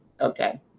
Okay